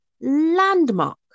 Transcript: Landmark